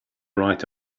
right